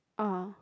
(uh huh)